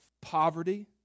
poverty